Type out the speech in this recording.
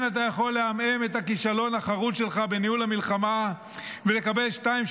אתה עדיין יכול לעמעם את הכישלון החרוץ שלך בניהול המלחמה ולקבל שתיים,